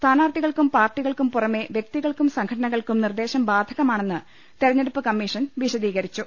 സ്ഥാനാർത്ഥി കൾക്കും പാർട്ടികൾക്കും പുറമെ വൃക്തികൾക്കും സംഘടന കൾക്കും നിർദ്ദേശം ബാധകമാണെന്ന് തെരഞ്ഞെടുപ്പ് കമ്മീഷൻ വിശദീകരിച്ചു